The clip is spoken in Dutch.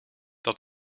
dat